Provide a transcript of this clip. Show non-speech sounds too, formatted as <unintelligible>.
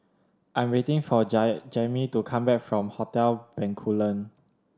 I am waiting for <unintelligible> Jammie to come back from Hotel Bencoolen